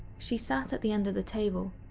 she sat at the end of the table,